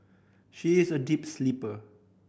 she is a deep sleeper